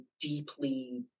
deeply